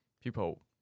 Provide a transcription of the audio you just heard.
people